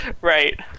Right